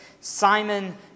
Simon